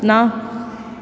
ਨਾ